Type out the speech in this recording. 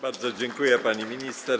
Bardzo dziękuję, pani minister.